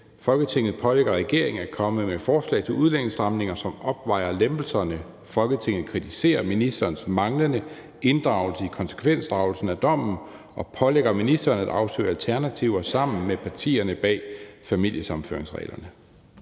Folketinget pålægger regeringen at komme med forslag til udlændingestramninger, som opvejer lempelserne. Folketinget kritiserer ministerens manglende inddragelse i konsekvensdragelsen af dommen og pålægger ministeren at afsøge alternativer sammen med partierne bag familiesammenføringsreglerne«.